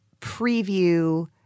preview